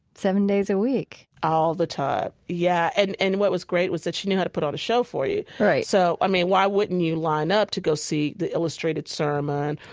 seven days a week all the time. yeah. and and what was great was that she knew how to put on a show for you right so, i mean, why wouldn't you line up to go see the illustrated sermon,